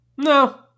No